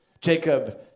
Jacob